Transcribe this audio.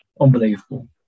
Unbelievable